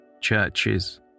Churches